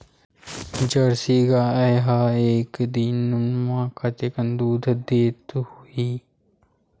Jersey गाय ह एक दिन म कतेकन दूध देत होही?